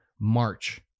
March